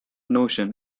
notion